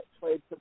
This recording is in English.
played